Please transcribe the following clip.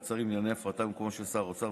שרים לענייני הפרטה במקומו של שר האוצר,